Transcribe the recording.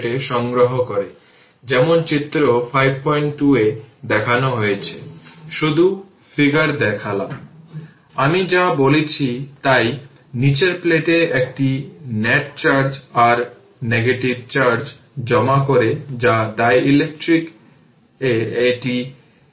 সুতরাং resultant upward হল i1 i2 সুতরাং 2 i1 i2 0 বা শুধুমাত্র উভয় পক্ষকে 2 দিয়ে মাল্টিপ্লাই করুন তারপর di1 dt 4 i1 4 i2 0 পাবেন এটি দেওয়া ইকুয়েশন 3